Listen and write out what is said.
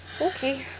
Okay